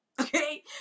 okay